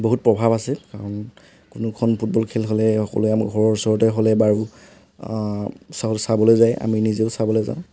বহুত প্ৰভাৱ আছে কোনোখন ফুটবল খেল হ'লে সকলোৱে আমাৰ ঘৰৰ ওচৰতে হ'লে বাৰু চাবলৈ যায় আমি নিজেও চাবলৈ যাওঁ